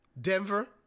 Denver